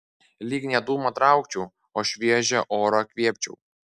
lyg ne dūmą traukčiau o šviežią orą kvėpčiau